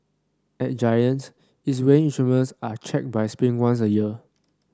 at Giant its weighing instruments are checked by spring once a year